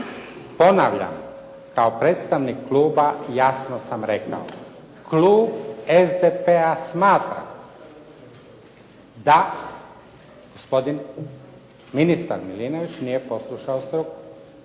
Ponavljam kao predstavnik kluba jasno sam rekao, klub SDP-a smatra da gospodin ministar Milinović nije poslušao struku.